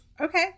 Okay